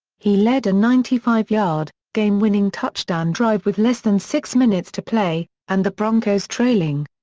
he led a ninety five yard, game-winning touchdown drive with less than six minutes to play, and the broncos trailing.